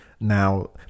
now